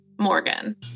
Morgan